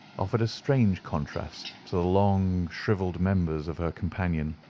offered a strange contrast to the long shrivelled members of her companion.